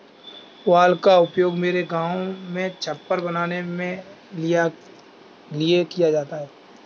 पुआल का उपयोग मेरे गांव में छप्पर बनाने के लिए किया जाता है